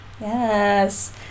Yes